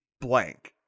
blank